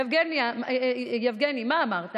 יבגני, מה אמרת?